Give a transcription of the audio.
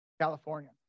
California